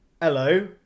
Hello